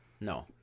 No